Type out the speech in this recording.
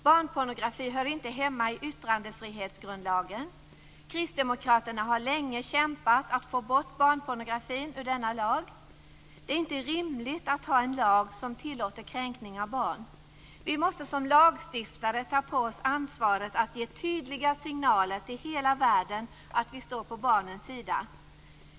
Barnpornografi hör inte hemma i yttrandefrihetsgrundlagen. Kristdemokraterna har länge kämpat för att få bort barnpornografin ur denna lag. Det är inte rimligt att ha en lag som tillåter kränkning av barn. Som lagstiftare måste vi ta på oss ansvaret för att till hela världen ge tydliga signaler om att vi står på barnens sida.